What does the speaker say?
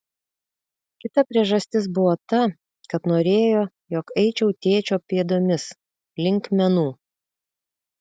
kita priežastis buvo ta kad norėjo jog eičiau tėčio pėdomis link menų